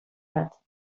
bat